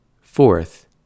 fourth